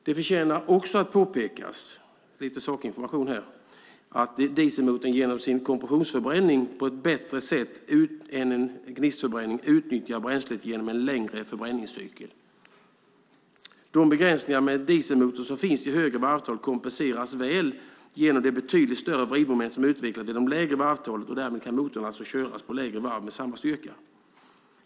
Det förtjänar att påpekas - lite sakinformation här - att dieselmotorn genom sin kompressionsförbränning på ett bättre sätt än gnistförbränning utnyttjar bränslet genom en längre förbränningscykel. De begränsningar med dieselmotorn som finns på högre varvtal kompenseras väl genom det betydligt större vridmoment som utvecklas vid de lägre varvtalen. Därmed kan alltså motorn köras på lägre varv med samma styrka.